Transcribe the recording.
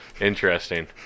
Interesting